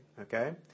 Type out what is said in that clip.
Okay